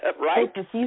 Right